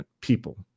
people